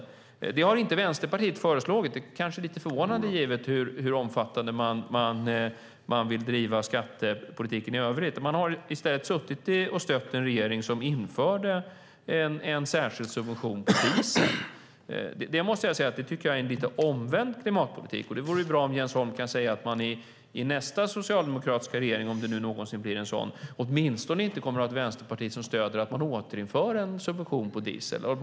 Vänsterpartiet har inte föreslagit detta, vilket kanske är lite förvånande givet hur omfattande man vill driva skattepolitiken i övrigt. I stället har man stött en regering som införde en särskild subvention på diesel. Jag måste säga att jag tycker är en lite omvänd klimatpolitik, och det vore bra om Jens Holm kan säga att nästa socialdemokratiska regering, om det någonsin blir en sådan, åtminstone inte kommer att ha ett vänsterparti som stöder att man återinför en subvention på diesel.